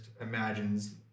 imagines